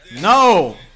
No